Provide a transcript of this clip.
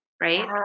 Right